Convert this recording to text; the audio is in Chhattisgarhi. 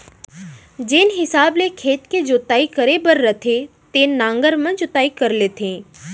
जेन हिसाब ले खेत के जोताई करे बर रथे तेन नांगर म जोताई कर लेथें